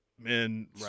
Men